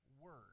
word